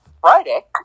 Friday